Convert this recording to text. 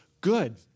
good